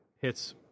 hits